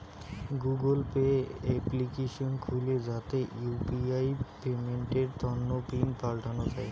Google Pay application খুলে যাতে UPI পেমেন্টের তন্ন পিন পাল্টানো যাই